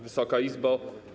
Wysoka Izbo!